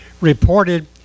reported